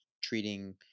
treating